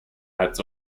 als